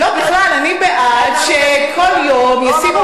בממשלה זה לא היה ככה.